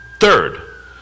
Third